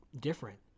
different